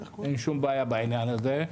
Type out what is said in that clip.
אין שום בעיה בעניין הזה.